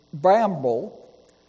bramble